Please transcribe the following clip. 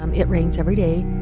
um it rains every day.